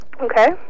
Okay